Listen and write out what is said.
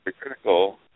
critical